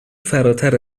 فراتر